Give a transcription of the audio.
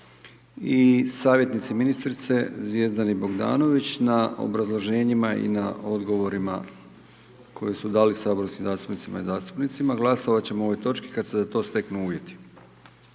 i savjetnici ministrice Zvjezdani Bogdanović na obrazloženjima i na odgovorima koje su dali saborskim zastupnicima i zastupnicima. Glasovat ćemo o ovoj točki kad se za to steknu uvjeti.